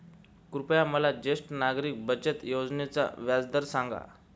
कृपया मला ज्येष्ठ नागरिक बचत योजनेचा व्याजदर सांगा